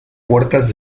puertas